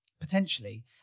Potentially